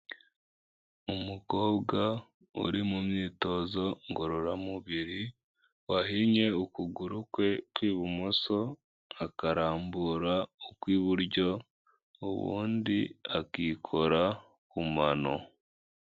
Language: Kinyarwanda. Umukobwa uri mu myitozo ngororamubiri, wahinnye ukuguru kwe kw'ibumoso, akambura ukw'iburyo, ubundi akikora ku mano.